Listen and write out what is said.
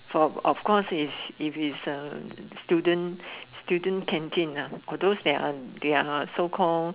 for of course is if is uh student student canteen uh for those that are so called